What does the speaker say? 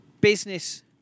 business